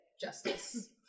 justice